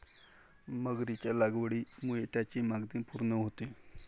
मगरीच्या लागवडीमुळे त्याची मागणी पूर्ण होते